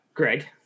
Greg